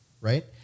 right